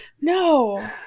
No